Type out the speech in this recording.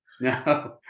no